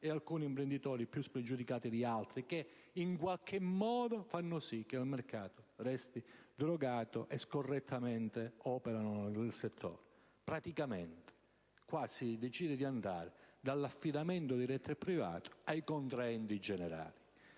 ed alcuni imprenditori più spregiudicati di altri, che in qualche modo fanno sì che il mercato resti drogato e scorrettamente operano nel settore. Praticamente qui si decide di andare dall'affidamento diretto e privato agli affidamenti ai